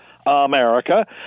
america